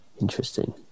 interesting